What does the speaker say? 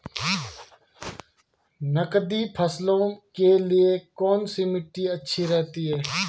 नकदी फसलों के लिए कौन सी मिट्टी अच्छी रहती है?